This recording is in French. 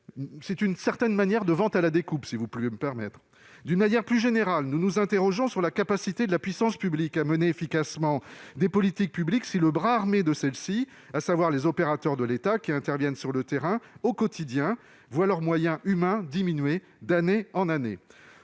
une sorte de vente à la découpe !-, ainsi qu'un détournement de leurs métiers originels. D'une manière plus générale, nous nous interrogeons sur la capacité de la puissance publique à mener efficacement des politiques publiques si le bras armé de celles-ci, à savoir les opérateurs de l'État qui interviennent sur le terrain au quotidien, voit ses moyens humains diminuer d'année en année.